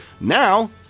now